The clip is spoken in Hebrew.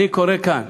אני קורא מכאן,